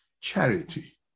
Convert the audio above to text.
charity